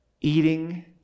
eating